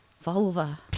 Vulva